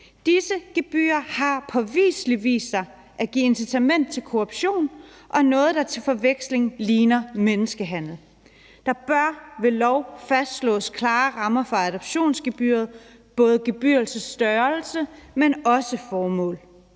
Disse gebyrer har påviseligt vist sig at give et incitament til korruption og noget, der til forveksling ligner menneskehandel. Der bør ved lov fastslås klare rammer for adoptionsgebyret, altså både i forhold til gebyrets størrelse, men også formålet.